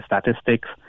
statistics